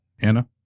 Anna